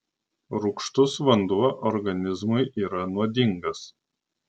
rūgštus vanduo organizmui yra nuodingas